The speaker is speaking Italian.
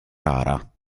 rara